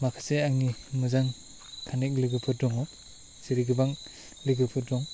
माखासे आंनि मोजां थानाय लोगोफोर दङ जेरै गोबां लोगोफोर दं